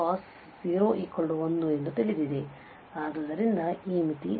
ಆದ್ದರಿಂದ ಈ ಮಿತಿ 1 ಆಗಿದೆ